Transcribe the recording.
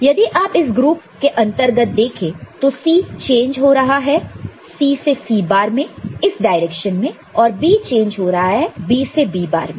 तो यदि आप इस ग्रुप के अंतर्गत देखें तो C चेंज हो रहा है C से C बार में इस डायरेक्शन में और B चेंज हो रहा है B से B बार में